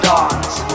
Dogs